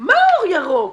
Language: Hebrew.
-- מה אור ירוק?